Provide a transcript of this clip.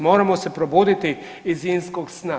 Moramo se probuditi iz zimskog sna.